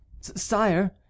sire